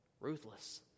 ruthless